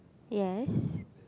yes